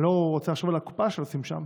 אני לא רוצה לחשוב על הקופה שעושים שם,